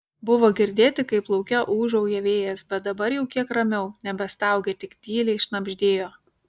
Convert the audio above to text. buvo girdėti kaip lauke ūžauja vėjas bet dabar jau kiek ramiau nebestaugė tik tyliai šnabždėjo